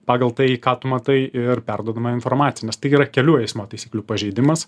pagal tai ką tu matai ir perduodama informacija nes tai yra kelių eismo taisyklių pažeidimas